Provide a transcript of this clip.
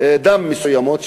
דם מסוימות,